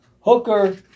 Hooker